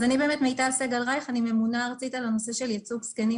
אז אני ממונה ארצית על הנושא של ייצוג זקנים